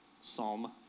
Psalm